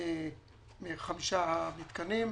מחמשת המתקנים.